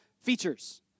features